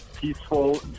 peaceful